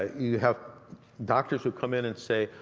you have doctors who come in and say,